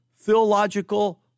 theological